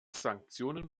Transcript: sanktionen